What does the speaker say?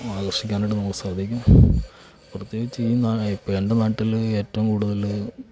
ആകർഷിക്കാനായിട്ട് നമുക്ക് സാധിക്കും പ്രത്യേകിച്ച് ഈ നാട് ഇപ്പം എൻ്റെ നാട്ടിൽ ഏറ്റവും കൂടുതൽ